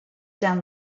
down